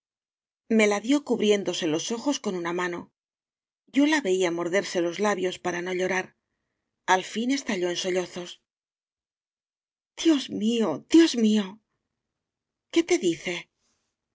me la dió cubriéndose los ojos con una mano yo la veía morderse los labios para no llorar al fin estalló en sollozos dios mío dios mío qué te dice